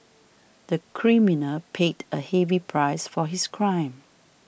the criminal paid a heavy price for his crime